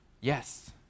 Yes